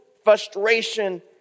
frustration